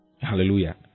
Hallelujah